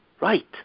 Right